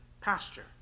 pasture